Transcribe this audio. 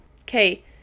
Okay